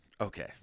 Okay